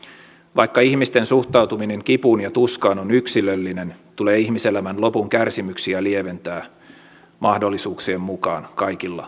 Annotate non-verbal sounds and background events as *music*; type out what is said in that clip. vaikka ihmisten suhtautuminen kipuun ja tuskaan on yksilöllinen tulee ihmiselämän lopun kärsimyksiä lieventää mahdollisuuksien mukaan kaikilla *unintelligible*